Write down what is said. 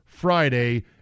Friday